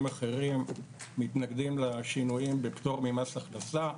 אחרים מתנגדים לשינויים בפטור ממס הכנסה.